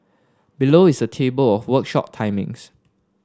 below is a table of workshop timings